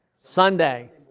Sunday